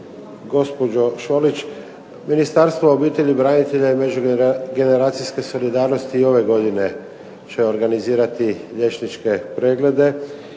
gospođo Šolić. Ministarstvo obitelji, branitelja i međugeneracijske solidarnosti i ove godine će organizirati liječničke preglede.